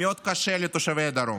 מאוד קשה לתושבי הדרום,